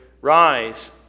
rise